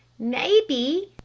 maybe,